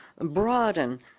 broaden